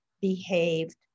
behaved